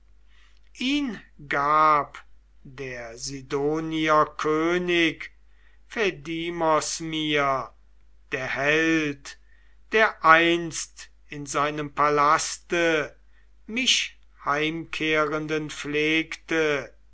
ihn gab der sidonier könig phaidimos mir der held der einst in seinem palaste mich heimkehrenden pflegte